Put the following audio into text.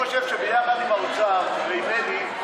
אני חושב שביחד עם האוצר ועם אלי,